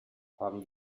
haben